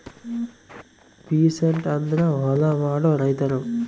peasant ಅಂದ್ರ ಹೊಲ ಮಾಡೋ ರೈತರು